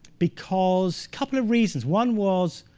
because couple of reasons. one was,